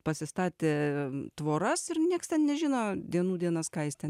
pasistatė tvoras ir niekas ten nežino dienų dienas kas jis ten